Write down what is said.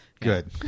good